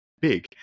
big